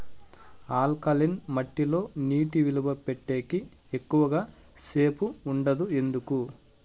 alkaline మట్టి లో నీటి నిలువ పెట్టేకి ఎక్కువగా సేపు ఉండదు ఎందుకు